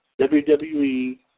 WWE